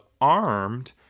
armed